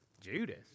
Judas